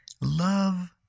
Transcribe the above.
Love